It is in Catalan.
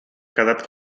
quedat